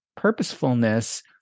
Purposefulness